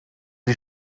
die